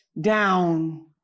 down